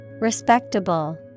Respectable